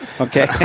okay